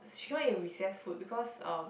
she cannot eat her recess food because um